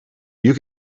you